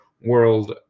world